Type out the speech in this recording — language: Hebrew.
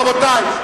רבותי.